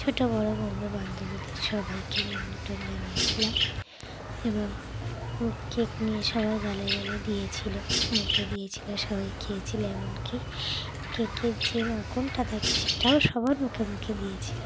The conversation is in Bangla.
ছোটো বড়ো বন্ধু বান্ধবীদের সবাইকে নিমন্ত্রণ জানিয়েছিলাম এবং কেক নিয়ে সবার গালে গালে দিয়েছিলো মুখে দিয়েছিল সবাই খেয়েছিল এমনকি কেকের যে মাখনটা থাকে সেটাও সবার মুখে মুখে দিয়েছিলো